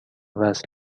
وصل